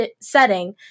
setting